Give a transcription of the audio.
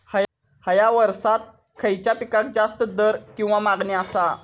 हया वर्सात खइच्या पिकाक जास्त दर किंवा मागणी आसा?